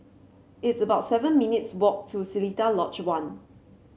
it's about seven minutes' walk to Seletar Lodge One